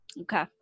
Okay